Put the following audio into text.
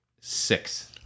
six